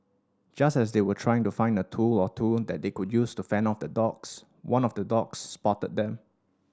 just as they were trying to find a tool or two that they could use to fend off the dogs one of the dogs spotted them